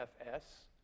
FS